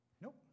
Nope